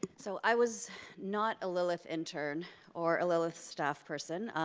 so i was not a lilith intern or a lilith staff person